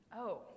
Oh